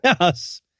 Yes